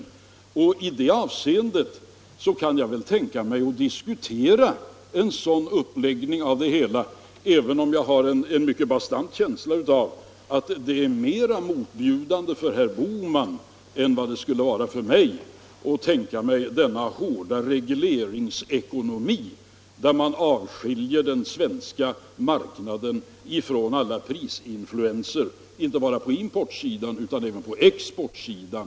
I det avseendet kan jag tänka mig att diskutera en sådan uppläggning av det hela, även om jag har en bastant känsla av att det är mera motbjudande för herr Bohman än det skulle vara för mig att tänka sig denna hårda regleringsekonomi, där man avskiljer den svenska marknaden från alla prisinfluenser, inte bara på importutan även på exportsidan.